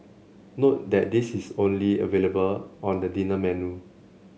note that this is only available on the dinner menu